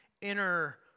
inner